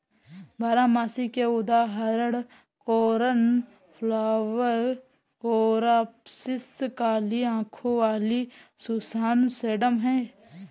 बारहमासी के उदाहरण कोर्नफ्लॉवर, कोरॉप्सिस, काली आंखों वाली सुसान, सेडम हैं